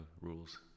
rules